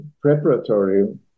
preparatory